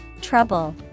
Trouble